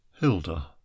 hilda